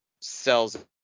sells